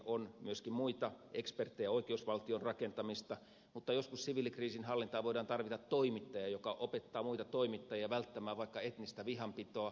on myöskin muita eksperttejä oikeusvaltion rakentamista mutta joskus siviilikriisinhallintaa voi tarvita toimittaja joka opettaa toimittajia välttämään vaikka etnistä vihanpitoa